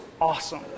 awesome